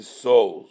soul